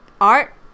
Art